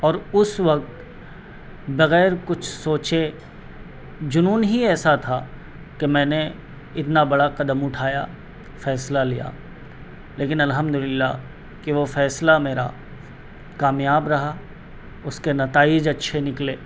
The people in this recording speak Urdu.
اور اس وقت بغیر کچھ سوچے جنون ہی ایسا تھا کہ میں نے اتنا بڑا قدم اٹھایا فیصلہ لیا لیکن الحمد للہ کہ وہ فیصلہ میرا کامیاب رہا اس کے نتائج اچھے نکلے